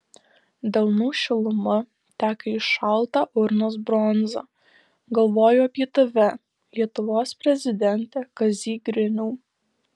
delnų šiluma teka į šaltą urnos bronzą galvoju apie tave lietuvos prezidente kazy griniau